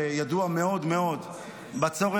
שידוע מאוד מאוד בצורך